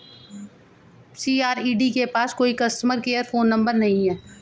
CRED के पास कोई कस्टमर केयर फोन नंबर नहीं है